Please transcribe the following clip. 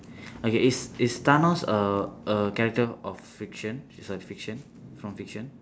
okay is is thanos a a character of fiction sorry fiction from fiction